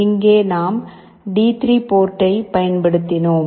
இங்கே நாம் டி3 போர்ட்டைப் பயன்படுத்தினோம்